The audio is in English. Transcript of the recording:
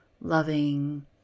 loving